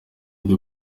byo